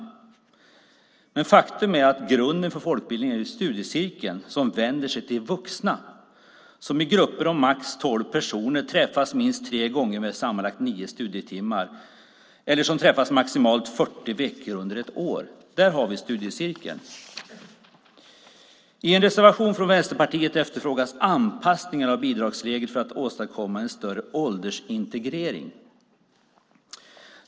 Men faktum är att grunden för folkbildningen är studiecirkeln som vänder sig till vuxna som i grupper om max tolv personer träffas minst tre gånger med sammanlagt nio studietimmar eller maximalt 40 veckor under ett år. Där har vi studiecirkeln. I en reservation från Vänsterpartiet efterfrågas anpassningar av bidragsreglerna för att åstadkomma en större åldersintegrering.